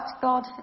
God